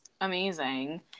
amazing